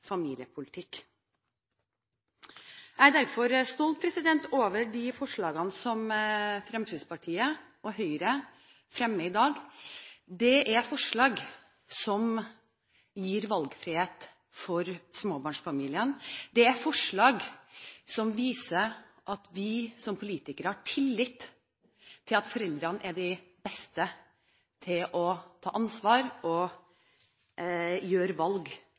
er derfor stolt over de forslagene som Fremskrittspartiet og Høyre fremmer i dag. Det er forslag som gir valgfrihet for småbarnsfamiliene. Det er forslag som viser at vi som politikere har tillit til at foreldrene er de beste til å ta ansvar og gjøre valg